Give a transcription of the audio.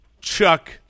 Chuck